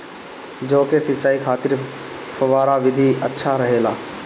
जौ के सिंचाई खातिर फव्वारा विधि अच्छा रहेला?